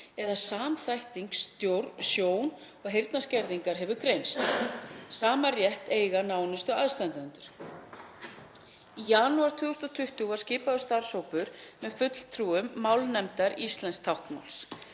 eða samþætting sjón- og heyrnarskerðingar hefur greinst. Sama rétt eiga nánustu aðstandendur. Í janúar 2020 var skipaður starfshópur með fulltrúum Málnefndar um íslenskt táknmál,